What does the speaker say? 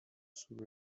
sous